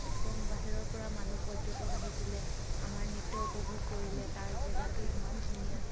একদম বাহিৰৰ পৰা মানুহ পৰ্যটক আহিছিলে আমাৰ নৃত্য উপভোগ কৰিলে তাৰ জেগাটো ইমান ধুনীয়া